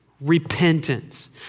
repentance